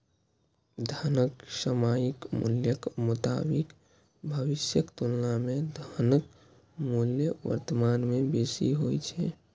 धनक सामयिक मूल्यक मोताबिक भविष्यक तुलना मे धनक मूल्य वर्तमान मे बेसी होइ छै